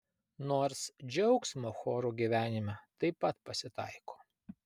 nors džiaugsmo chorų gyvenime taip pat pasitaiko